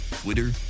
Twitter